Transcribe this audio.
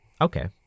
Okay